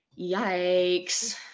yikes